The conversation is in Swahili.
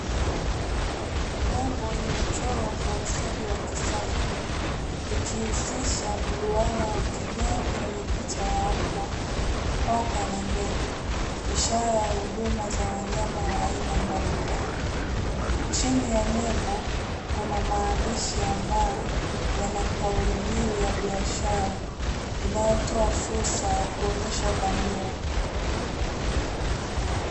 Nembo imechorwa kwa ustadi wa kisasa, ikihusisha mduara wa kijani wenye picha ya mbwa, paka, na ndege; ishara ya huduma za wanyama wa aina mbalimbali. Chini ya nembo kuna maandishi ambayo yana kauli mbiu ya biashara inayotoa fursa ya kuonyesha dhamira.